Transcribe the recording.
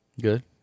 good